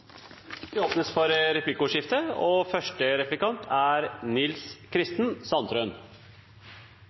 Det åpnes for replikkordskifte.